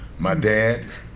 my dad